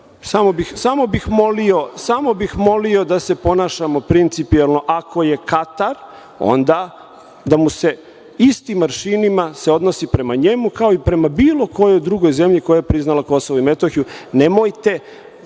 SAD.Samo bih molio da se ponašamo principijelno. Ako je Katar, onda da se istim aršinima odnosi prema njemu kao i prema bilo kojoj drugoj zemlji koja je priznala KiM. Nemojte